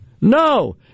No